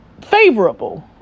favorable